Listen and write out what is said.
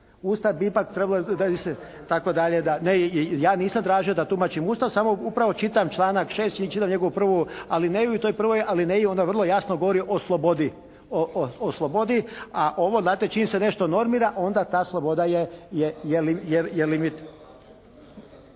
… i tako dalje, ne, ja nisam tražio da tumačim Ustav. Samo upravo čitam članak 6. Čitam njegovu 1. alineju i u toj 1. alineji onda vrlo jasno govori o slobodi, o slobodi. A ovo dakle čim se nešto normira onda ta sloboda je limit.